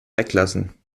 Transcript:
weglassen